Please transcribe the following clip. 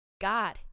God